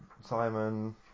Simon